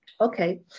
okay